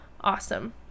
awesome